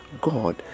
God